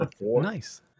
Nice